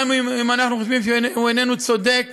גם אם אנחנו חושבים שהוא איננו צודק,